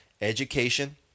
education